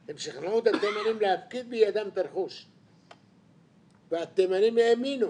הם שכנעו את התימנים להפקיד בידם את הרכוש והתימנים האמינו,